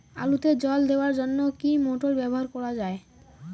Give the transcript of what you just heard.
আলুতে জল দেওয়ার জন্য কি মোটর ব্যবহার করা যায়?